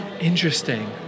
Interesting